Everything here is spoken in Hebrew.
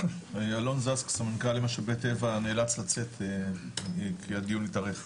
אלון זקס סמנכ"ל משאבי טבע נאלץ לצאת כי הדיון התארך.